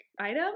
item